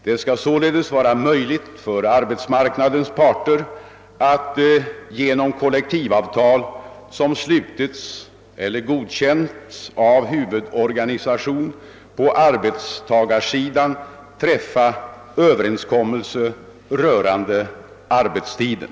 Det skall således vara möjligt för arbetsmarknadens parter ait genom kollektivavtal, som slutits eller godkänts av huvudorganisation på arbetstagarsidan, träffa överenskommelse rörande arbetstiden.